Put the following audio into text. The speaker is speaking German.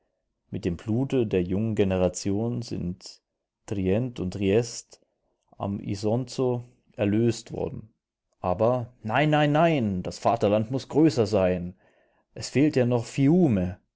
mit dem blute der jungen generation sind trient und triest am isonzo erlöst worden aber nein nein nein das vaterland muß größer sein es fehlt ja noch